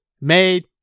made